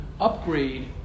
upgrade